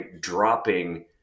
dropping